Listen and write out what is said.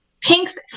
Pinks